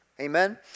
Amen